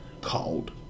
called